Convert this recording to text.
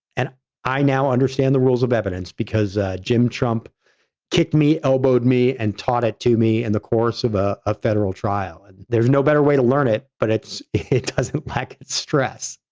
and i now understand the rules of evidence because jim trump kicked me, elbowed me, and taught it to me in and the course of a ah federal trial, and there's no better way to learn it, but it's it doesn't lack stress.